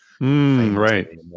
right